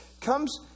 comes